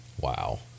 Wow